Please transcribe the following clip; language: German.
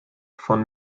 von